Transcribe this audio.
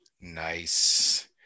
nice